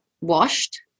washed